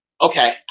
okay